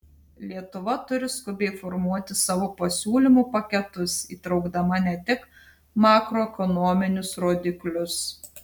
lietuva turi skubiai formuoti savo pasiūlymų paketus įtraukdama ne tik makroekonominius rodiklius